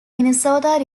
minnesota